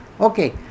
Okay